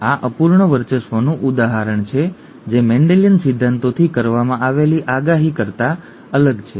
આ અપૂર્ણ વર્ચસ્વનું ઉદાહરણ છે જે મેન્ડેલિયન સિદ્ધાંતોથી કરવામાં આવેલી આગાહી કરતા અલગ છે